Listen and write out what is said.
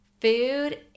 Food